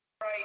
Right